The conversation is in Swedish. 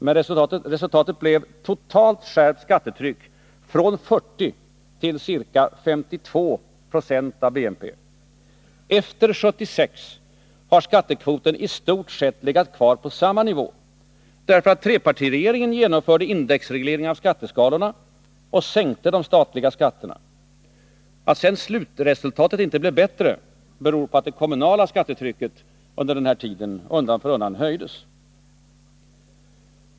Men resultatet blev totalt skärpt skattetryck, från 40 till ca 52 96 av BNP. Efter 1976 har skattekvoten i stort sett legat kvar på samma nivå, därför att trepartiregeringarna genomförde indexreglering av skatteskalorna och sänkte de statliga skatterna. Att sedan slutresultatet inte blev bättre beror på att det kommunala skattetrycket under denna tid undan för undan höjdes.